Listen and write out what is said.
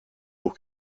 pour